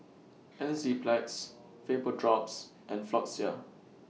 Enzyplex Vapodrops and Floxia